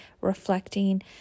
reflecting